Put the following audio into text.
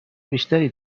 بیشتری